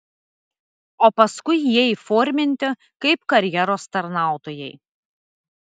o paskui jie įforminti kaip karjeros tarnautojai